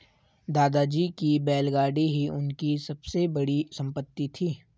दादाजी की बैलगाड़ी ही उनकी सबसे बड़ी संपत्ति थी